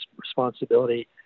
responsibility